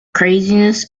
craziness